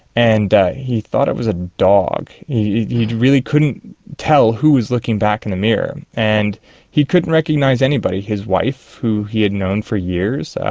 and he thought it was a dog. he you know really couldn't tell who was looking back in the mirror. and he couldn't recognise anybody, his wife who he had known for years,